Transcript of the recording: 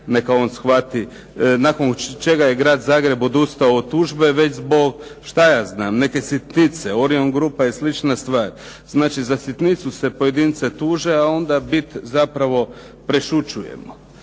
neka on shvati, nakon čega je Grad Zagreb odustao od tužbe već zbog što ja znam neke sitnice, "Orion" grupe i sl. stvar. Znači za sitnicu se pojedinca tuže, a onda bit zapravo prešućujemo.